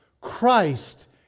Christ